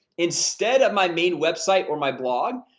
instead of my main website or my blog.